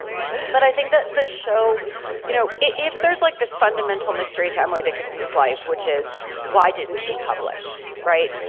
but i think that the show you know if there's like this fundamental mystery to emily dickinson's life which is why didn't she publish. right.